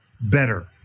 better